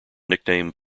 nickname